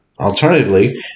Alternatively